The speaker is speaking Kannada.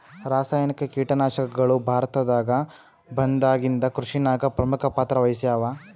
ರಾಸಾಯನಿಕ ಕೀಟನಾಶಕಗಳು ಭಾರತದಾಗ ಬಂದಾಗಿಂದ ಕೃಷಿನಾಗ ಪ್ರಮುಖ ಪಾತ್ರ ವಹಿಸ್ಯಾವ